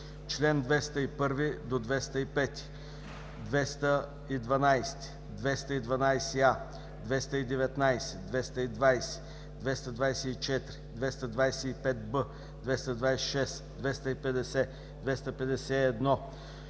Член 201-205, 212, 212а, 219, 220, 224, 225б, 226, 250, 251,